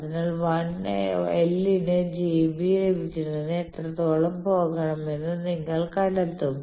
അതിനാൽ l ന് j B ലഭിക്കുന്നതിന് എത്രത്തോളം പോകണമെന്ന് നിങ്ങൾ കണ്ടെത്തും